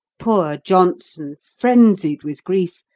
poor johnson, frenzied with grief,